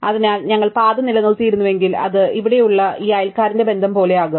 അതിനാൽ ഞങ്ങൾ പാത നിലനിർത്തിയിരുന്നെങ്കിൽ അത് ഇവിടെയുള്ള ഈ അയൽക്കാരന്റെ ബന്ധം പോലെയാകും